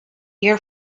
air